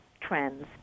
trends